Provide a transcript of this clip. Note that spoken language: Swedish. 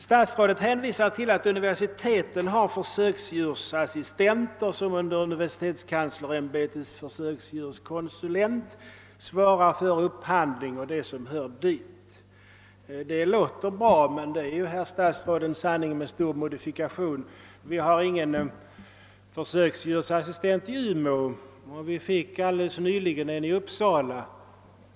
Statsrådet hänvisar till att universitetet har försöksdjursassistenter, som under universitetskanslersämbetets försöksdjurskonsulent har att svara för upphandling m.m. Detta låter bra men det är, herr statsråd, en sanning med stor modifikation. Vi har ingen försöksdjursassistent i Umeå och vi har helt nyligen fått en sådan i Uppsala.